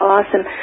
Awesome